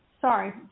Sorry